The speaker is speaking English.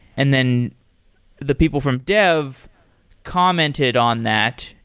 and then the people from dev commented on that,